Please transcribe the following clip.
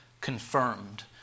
confirmed